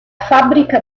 fabbrica